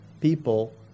people